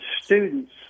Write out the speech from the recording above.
students